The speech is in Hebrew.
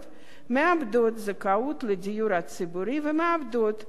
מאבדות זכאות לדיור ציבורי ומאבדות כל